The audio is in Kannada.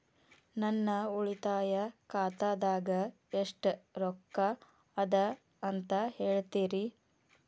ನನ್ನ ಉಳಿತಾಯ ಖಾತಾದಾಗ ಎಷ್ಟ ರೊಕ್ಕ ಅದ ಅಂತ ಹೇಳ್ತೇರಿ?